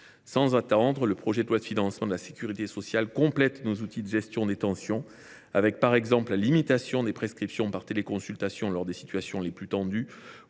Sans attendre, le projet de loi de financement de la sécurité sociale complète nos outils de gestion des tensions, notamment par la limitation des prescriptions par téléconsultation lors des situations les plus tendues,